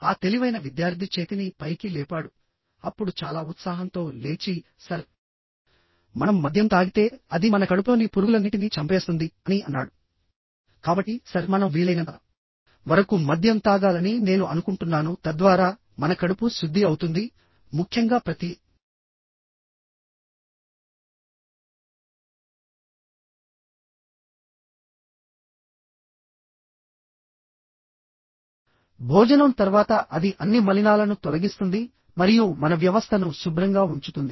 ఆ తెలివైన విద్యార్థి చేతిని పైకి లేపాడుఅప్పుడు చాలా ఉత్సాహంతో లేచిసర్మనం మద్యం తాగితే అది కాబట్టి సర్ మనం వీలైనంత వరకు మద్యం తాగాలని నేను అనుకుంటున్నాను తద్వారా మన కడుపు శుద్ధి అవుతుందిముఖ్యంగా ప్రతి భోజనం తర్వాత అది అన్ని మలినాలను తొలగిస్తుంది మరియు మన వ్యవస్థను శుభ్రంగా ఉంచుతుంది